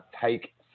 take